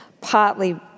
partly